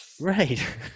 Right